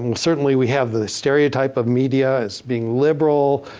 um certainly we have the stereotype of media as being liberal.